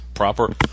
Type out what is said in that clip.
Proper